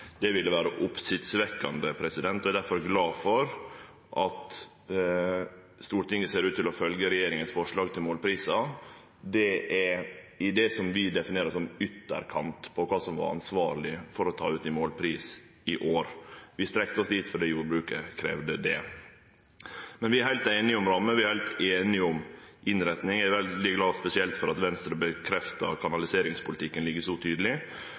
at Stortinget ser ut til å følgje regjeringas forslag til målprisar. Det er i det som vi definerer som ytterkant av det som var ansvarleg å ta ut i målpris i år. Vi strekte oss dit fordi jordbruket kravde det. Men vi er heilt einige om ramme, vi er heilt einige om innretning. Eg er veldig glad spesielt for at Venstre bekreftar at kanaliseringspolitikken ligg så tydeleg.